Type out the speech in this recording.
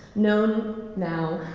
known now